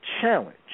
challenge